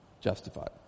justified